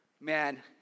Man